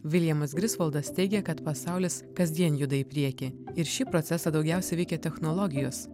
viljamas grisvaldas teigia kad pasaulis kasdien juda į priekį ir šį procesą daugiausia veikia technologijos